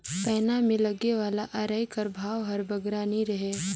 पैना मे लगे वाला अरई कर भाव हर बगरा नी रहें